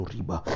Riba